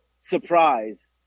surprise